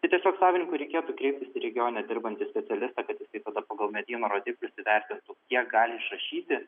tai tiesiog savininkui reikėtų kreiptis į regione dirbantį specialistą kad jisai tada pagal medyno rodiklius įvertintų kiek gali išrašyti